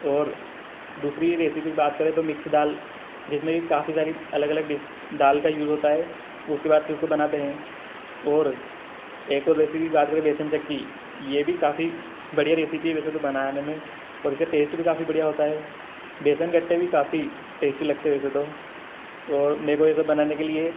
और दूसरी रेसिपी बात करें तो मिक्स दाल जिसमें कि काफ़ी सारी अलग अलग डिफ़ दाल का यूज़ होता है उसके बाद फिर उसको बनाते हैं और एक और रेसिपी की बात करें बेसन चक्की यह भी काफ़ी बढ़िया रेसिपी है वैसे तो बनाने में और इसका टेस्ट भी काफ़ी बढ़िया होता है बेसन गट्टे भी काफ़ी टेस्टी लगते है वैसे तो और मेरे को बनाने के लिए